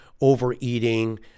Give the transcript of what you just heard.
overeating